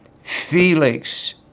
Felix